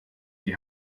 die